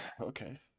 Okay